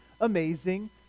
amazing